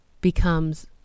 becomes